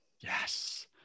Yes